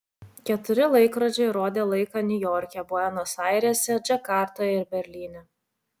keturi laikrodžiai rodė laiką niujorke buenos airėse džakartoje ir berlyne